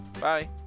Bye